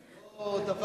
לא נורא להיות שחקנית,